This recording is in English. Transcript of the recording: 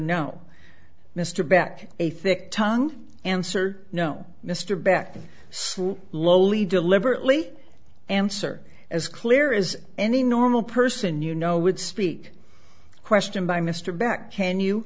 no mr beck a thick tongue answer no mr beck then lowly deliberately answer as clear as any normal person you know would speak question by mr beck can you